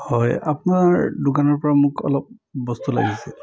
হয় আপোনাৰ দোকানৰপৰা মোক অলপ বস্তু লাগিছিল